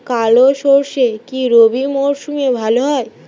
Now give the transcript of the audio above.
কালো সরষে কি রবি মরশুমে ভালো হয়?